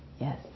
Yes